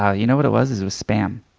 ah you know what it was, is it was spam.